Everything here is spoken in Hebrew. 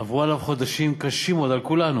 עברו עליו חודשים קשים, על כולנו,